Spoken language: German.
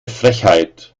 frechheit